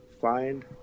find